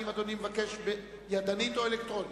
האם אדוני מבקש ידנית או אלקטרונית?